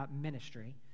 ministry